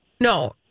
No